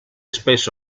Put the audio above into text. spesso